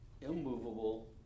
immovable